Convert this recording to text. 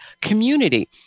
community